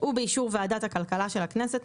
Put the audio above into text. ובאישור ועדת הכלכלה של הכנסת,